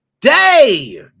day